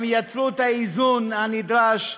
הם יצרו את האיזון הנדרש,